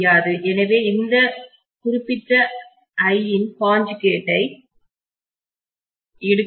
எனவே இந்த குறிப்பிட்ட I இன் கான்ஞ்கேட்டை இணைப்பை எடுக்க வேண்டும்